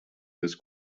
with